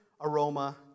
aroma